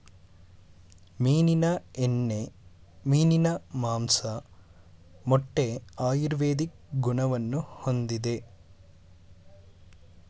ಮೀನಿನ ಎಣ್ಣೆ, ಮೀನಿನ ಮಾಂಸ, ಮೊಟ್ಟೆ ಆಯುರ್ವೇದಿಕ್ ಗುಣವನ್ನು ಹೊಂದಿದೆ